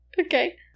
Okay